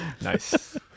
Nice